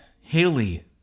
Haley